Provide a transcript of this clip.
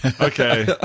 Okay